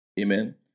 Amen